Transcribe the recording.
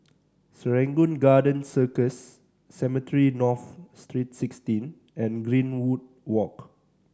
Serangoon Garden Circus Cemetry North Street Sixteen and Greenwood Walk